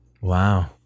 Wow